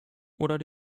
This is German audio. oder